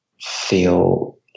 feel